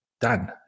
done